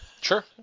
Sure